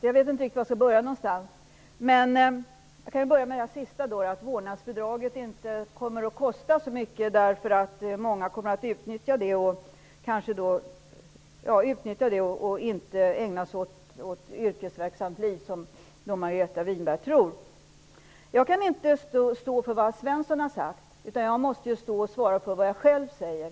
Herr talman! Jag börjar väl med det sista som sades -- dvs. att vårdnadsbidraget inte kommer att kosta så mycket, därför att många kommer att utnyttja det och inte ägna sig åt ett yrkesverksamt liv. Jag kan inte stå för vad Alf Svensson har sagt, utan jag måste svara för vad jag själv säger.